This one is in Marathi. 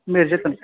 मिरजेतून